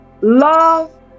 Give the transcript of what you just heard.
Love